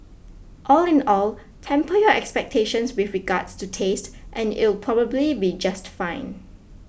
all in all temper your expectations with regards to taste and it'll probably be just fine